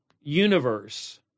universe